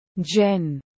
Jen